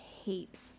heaps